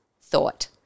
thought